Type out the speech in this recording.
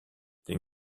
den